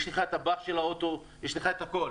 יש לך את הפח של האוטו, יש לך את הכול.